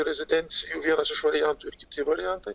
rezidencijų vienas iš variantų ir kiti variantai